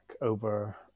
over